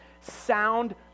sound